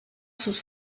sus